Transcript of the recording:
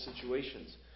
situations